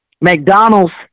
McDonald's